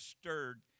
stirred